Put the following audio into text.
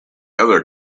other